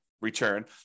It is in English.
return